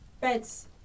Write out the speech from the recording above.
beds